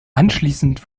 anschließend